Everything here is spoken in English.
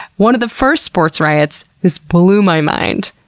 one of the first sports riots, this blew my mind,